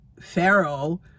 Pharaoh